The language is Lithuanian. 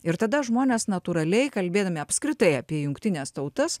ir tada žmonės natūraliai kalbėdami apskritai apie jungtines tautas